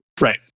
Right